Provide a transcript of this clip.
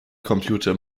computer